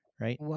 right